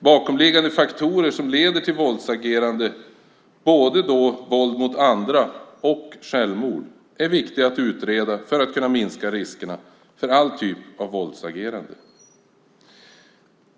Bakomliggande faktorer som leder till våldsagerande, både våld mot andra och självmord, är viktiga att utreda för att kunna minska riskerna för all typ av våldsagerande.